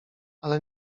ale